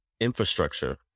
infrastructure